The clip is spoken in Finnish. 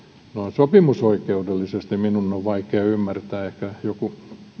sopimusoikeudellisesti minun on vaikea ymmärtää ehkä joku